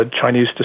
Chinese